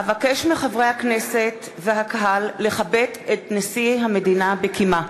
אבקש מחברי הכנסת והקהל לכבד את כניסת נשיא המדינה בקימה.